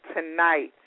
tonight